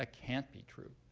ah can't be true.